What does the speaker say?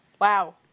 Wow